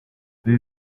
ibi